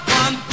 one